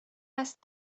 است